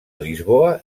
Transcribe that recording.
lisboa